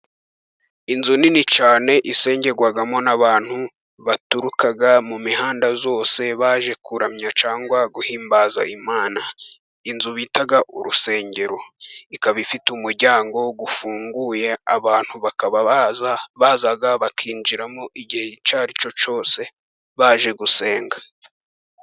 Inzu nini cyane isengerwagamo n'abantu baturuka mu mihanda yose baje kuramya cyangwa guhimbaza imana. Inzu bita urusengero ikaba ifite umuryango ufunguye abantu bakaba baza bakinjiramo igihe icyo aricyo cyose baje gusenga.